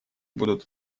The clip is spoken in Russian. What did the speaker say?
будут